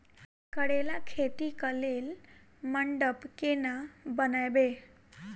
करेला खेती कऽ लेल मंडप केना बनैबे?